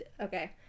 okay